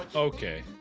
okay.